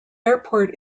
airport